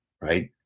right